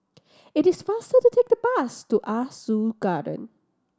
it is faster to take the bus to Ah Soo Garden